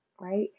right